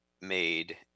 made